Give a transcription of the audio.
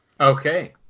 Okay